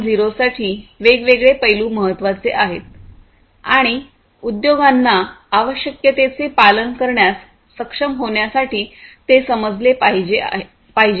0 साठी वेगवेगळे पैलू महत्वाचे आहेत आणि उद्योगांना आवश्यकतेचे पालन करण्यास सक्षम होण्यासाठी ते समजले पाहिजे पाहिजेत